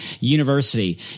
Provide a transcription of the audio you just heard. University